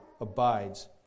abides